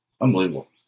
unbelievable